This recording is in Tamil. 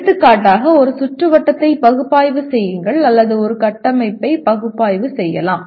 எடுத்துக்காட்டாக ஒரு சுற்றுவட்டத்தை பகுப்பாய்வு செய்யுங்கள் அல்லது ஒரு கட்டமைப்பை பகுப்பாய்வு செய்யலாம்